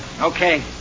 Okay